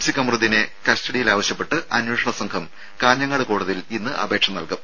C കമറുദ്ദീനെ കസ്റ്റഡിയിൽ ആവശ്യപ്പെട്ട് അന്വേഷണസംഘം കാഞ്ഞങ്ങാട് കോടതിയിൽ ഇന്ന് അപേക്ഷ നൽകും